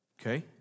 okay